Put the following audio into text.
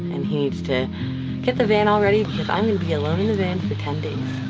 and he needs to get the van all ready because i'm gonna be alone in the van for ten days.